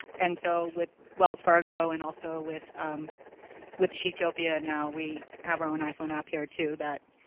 and so with wells fargo and also with with chictopia now, we have our own iphone app here too. that,